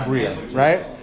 Right